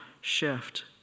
shift